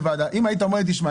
אם היית אומר לי: תשמע,